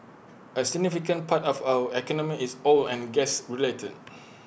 A significant part of our economy is oil and gas related